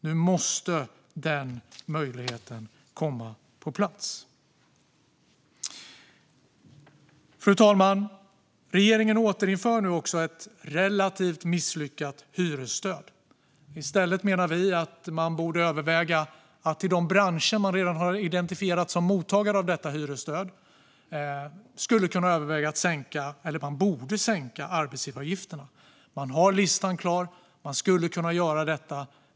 Nu måste den möjligheten komma på plats. Fru talman! Regeringen återinför nu också ett relativt misslyckat hyresstöd. I stället menar vi att man i de branscher som man redan har identifierat som mottagare av detta hyresstöd borde sänka arbetsgivaravgifterna. Man har listan klar; man skulle kunna göra detta.